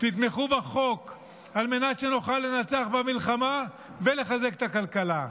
תתמכו בחוק על מנת שנוכל לנצח במלחמה ולחזק את הכלכלה.